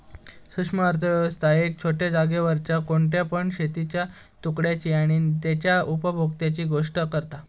सूक्ष्म अर्थशास्त्र एका छोट्या जागेवरच्या कोणत्या पण शेतीच्या तुकड्याची आणि तेच्या उपभोक्त्यांची गोष्ट करता